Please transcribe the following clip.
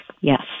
Yes